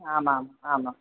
आमाम् आमां